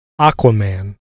Aquaman